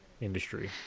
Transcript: industry